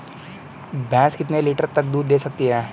भैंस कितने लीटर तक दूध दे सकती है?